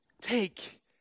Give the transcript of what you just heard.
Take